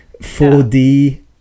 4D